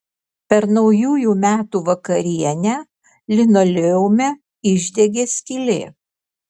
per naujųjų metų vakarienę linoleume išdegė skylė